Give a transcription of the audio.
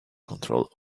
control